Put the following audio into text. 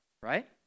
right